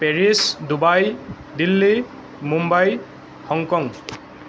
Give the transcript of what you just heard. Paris Dubai Delhi Mumbai Hong Kong